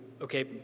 Okay